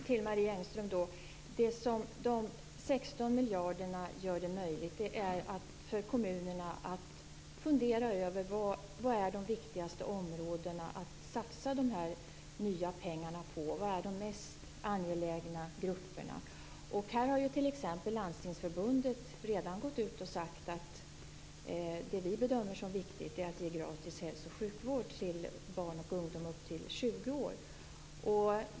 Herr talman! De 16 miljarderna gör det möjligt för kommunerna att fundera över vilka som är de viktigaste områdena att satsa de nya pengarna på. Vilka är de mest angelägna grupperna? Här har t.ex. Landstingsförbundet redan sagt att man bedömer det som viktigt att ge gratis hälso och sjukvård till barn och ungdom upp till 20 års ålder.